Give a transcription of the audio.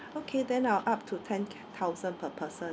okay then I'll up to ten thousand per person